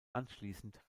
anschließend